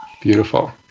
Beautiful